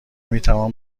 میتوان